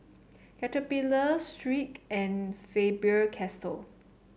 Caterpillar Schick and Faber Castell